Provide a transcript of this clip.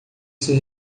ser